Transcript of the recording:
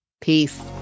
Peace